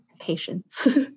Patience